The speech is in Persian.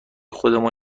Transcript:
خودمان